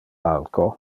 alco